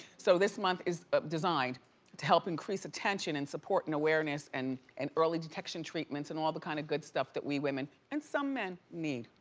so this month is designed to help increase attention and support and awareness and and early detection treatments and all the kind of good stuff that we women, and some men, need.